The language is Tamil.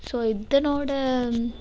ஸோ இதனோட